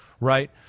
right